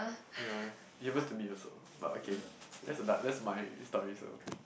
ya it happens to me also but okay that's ano~ that's my story also